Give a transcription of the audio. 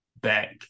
back